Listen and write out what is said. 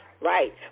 right